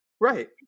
Right